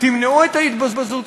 תמנעו את ההתבזות הזאת.